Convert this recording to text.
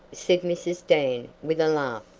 said mrs. dan with a laugh.